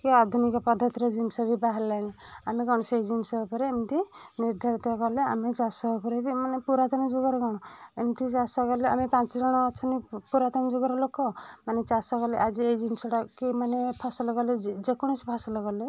କି ଆଧୁନିକ ପଦ୍ଧତିର ଜିନିଷ ଏବେ ବାହାରିଲାଣି ଆମେ କ'ଣ ସେଇ ଜିନିଷ ଉପରେ ଏମିତି ନିର୍ଦ୍ଧାରିତ କଲେ ଆମେ ଚାଷ ଉପରେ ବି ଆମେ ମାନେ ପୁରାତନ ଯୁଗରେ କ'ଣ ଏମିତି ଚାଷ କଲେ ଆମେ ପାଞ୍ଚ ଜଣ ଅଛେ ନି ପୁରାତନ ଯୁଗର ଲୋକ ମାନେ ଚାଷ ହେଲେ ଆଜି ଏଇ ଜିନିଷଟା କି ମାନେ ଫସଲ କଲେ ଯେ ଯେକୌଣସି ଫସଲ କଲେ